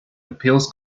appeals